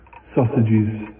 Sausages